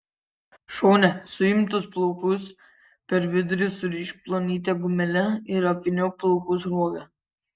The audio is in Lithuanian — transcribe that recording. šone suimtus plaukus per vidurį surišk plonyte gumele ir apvyniok plaukų sruoga